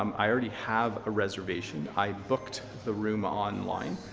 um i already have a reservation. i booked the room online,